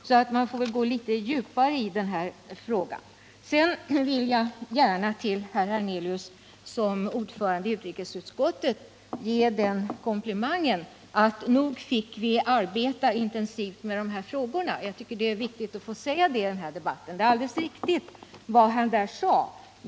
Man måste därför gå djupare in i frågan. Sedan vill jag gärna ge herr Hernelius, i hans egenskap av ordförande i utrikesutskottet, den komplimangen att nog fick vi där arbeta intensivt med de här frågorna. Jag tycker det är viktigt att framhålla att vad han där sade är alldeles riktigt.